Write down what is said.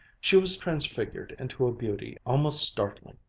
she was transfigured into a beauty almost startling,